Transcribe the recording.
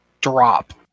drop